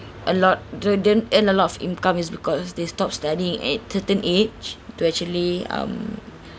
a lot didn't earn a lot of income is because they stop studying at certain age to actually um